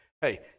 hey